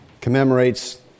commemorates